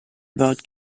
about